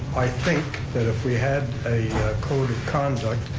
i think that if we had a code of conduct,